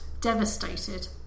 devastated